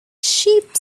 cheap